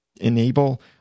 enable